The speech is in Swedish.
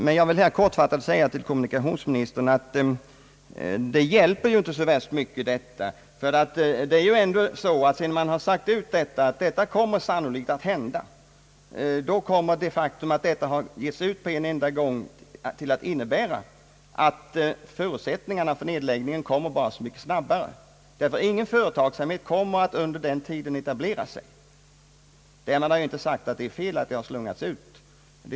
Men jag vill här kortfattat säga till kommunikationsministern att detta inte hjälper särdeles mycket ty sedan man sagt att detta sannolikt kommer att hända, då kommer det faktum att detta har sagts ut genast att innebära att förutsättningarna för nedläggningen kommer så mycket snabbare, ty ingen företagsamhet kommer att etablera sig på berörda orter. Därmed har jag inte sagt att det är fel att uppgiften har slungats ut.